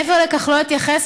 מעבר לכך לא אתייחס,